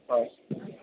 ആ